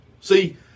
See